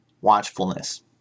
watchfulness